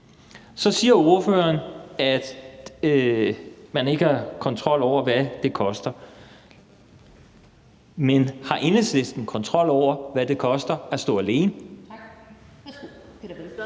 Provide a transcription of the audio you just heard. Så siger ordføreren, at man ikke har kontrol over, hvad det koster. Men har Enhedslisten kontrol over, hvad det koster at stå alene? Kl.